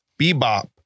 Bebop